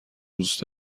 دوست